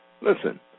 Listen